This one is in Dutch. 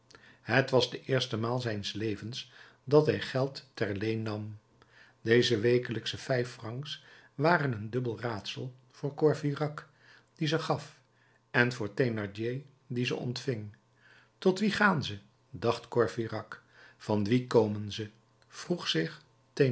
het was de eerste maal zijns levens dat hij geld ter leen nam deze wekelijksche vijf francs waren een dubbel raadsel voor courfeyrac die ze gaf en voor thénardier die ze ontving tot wien gaan ze dacht courfeyrac van wien komen ze vroeg zich